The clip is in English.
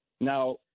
Now